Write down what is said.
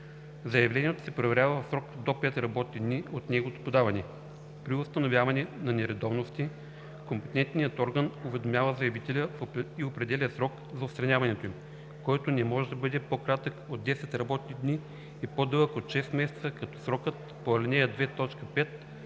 Заявлението се проверява в срок до 5 работни дни от неговото подаване. При установяване на нередовности, компетентният орган уведомява заявителя и определя срок за отстраняването им, който не може да бъде по-кратък от 10 работни дни и по-дълъг от 6 месеца, като срокът по ал. 2, т. 5